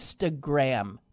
Instagram